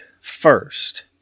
first